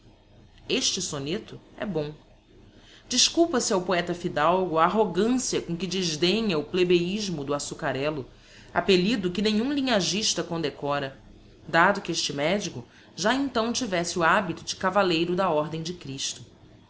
este soneto é bom desculpa se ao poeta fidalgo a arrogancia com que desdenha o plebeismo do assucarello appellido que nenhum linhagista condecora dado que este medico já então tivesse o habito de cavalleiro da ordem de christo